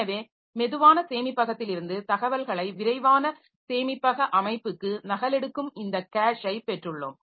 எனவே மெதுவான சேமிப்பகத்திலிருந்து தகவல்களை விரைவான சேமிப்பக அமைப்புக்கு நகலெடுக்கும் இந்த கேஷை பெற்றுள்ளோம்